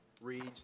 reads